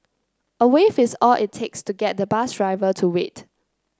a wave is all it takes to get the bus driver to wait